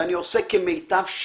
ואני עושה כמיטב שיפוטי,